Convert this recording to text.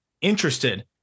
interested